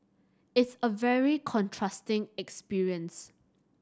it's a very contrasting experience